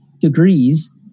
degrees